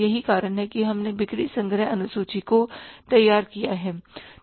यही कारण है कि हमने बिक्री संग्रह अनुसूची को तैयार किया है